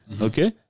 Okay